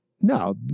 No